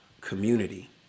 community